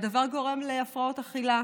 והדבר גורם להפרעות אכילה.